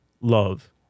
love